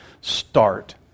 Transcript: start